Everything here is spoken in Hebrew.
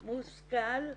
מושכל,